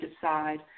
decide